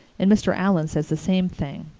and mr. allan says the same thing.